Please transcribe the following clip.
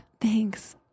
Thanks